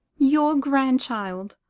your grandchild.